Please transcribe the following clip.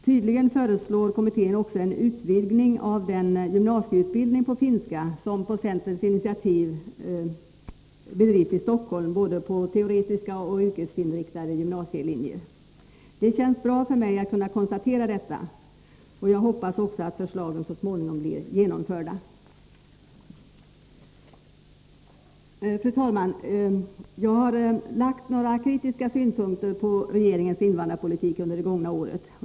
Tydligen föreslår kommittén också en utvidgning av den gymnasieutbildning på finska som på centerns initiativ bedrivs i Stockholm både på teoretiska och yrkesinriktade gymnasielinjer. Det känns bra för mig att kunna konstatera detta. Jag hoppas också att förslagen så småningom blir genomförda. Fru talman! Jag har framfört några kritiska synpunkter på regeringens invandrarpolitik under det gångna året.